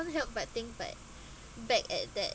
can't help but think but back at that